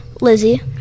Lizzie